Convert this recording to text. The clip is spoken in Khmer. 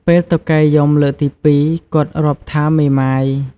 ពេលតុកែយំលើកទី ២ គាត់រាប់ថា "មេម៉ាយ" ។